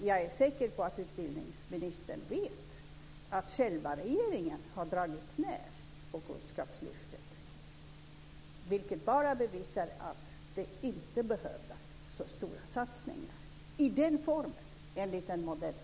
Jag är säker på att utbildningsministern vet att regeringen själv har dragit ned på kunskapslyftet, vilket bevisar att det inte behövdes så stora satsningar i den här formen, enligt den här modellen.